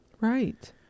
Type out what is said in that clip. Right